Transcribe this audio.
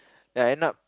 then end up